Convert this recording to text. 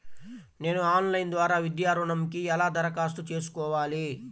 నేను ఆన్లైన్ ద్వారా విద్యా ఋణంకి ఎలా దరఖాస్తు చేసుకోవాలి?